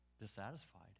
dissatisfied